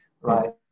right